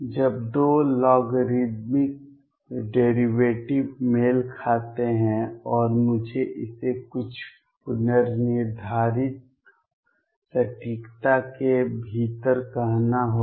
जब 2 logarithmic derivative मेल खाते हैं और मुझे इसे कुछ पूर्वनिर्धारित सटीकता के भीतर कहना होगा